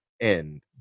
end